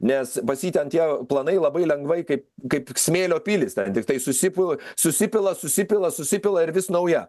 nes pas ten tie planai labai lengvai kaip kaip smėlio pilys ten tiktai susipila susipila susipila susipila ir vis nauja